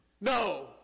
No